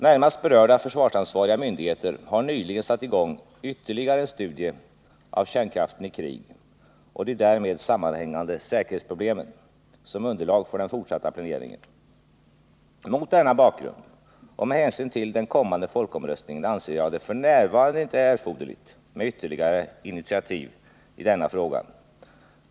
Närmast berörda försvarsansvariga myndigheter har nyligen satt i gång ytterligare en studie av kärnkraften i krig, och de därmed sammanhängande säkerhetsproblemen, som underlag för den fortsatta planeringen. Mot denna bakgrund och med hänsyn till den kommande folkomröstningen anser jag det f. n. inte erforderligt med ytterligare initiativ i denna fråga.